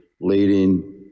leading